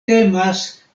temas